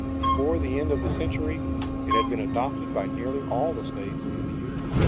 before the end of the century it had been adopted by nearly all the states in the union.